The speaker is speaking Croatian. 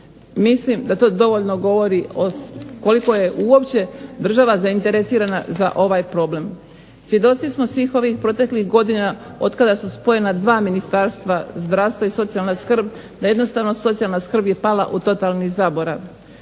Mislim da to dovoljno govori koliko je uopće država zainteresirana za ovaj problem. Svjedoci smo svih ovih proteklih godina otkada su spojena 2 ministarstva – zdravstvo i socijalna skrb, da jednostavno socijalna skrb je pala u totalni zaborav.